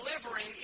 delivering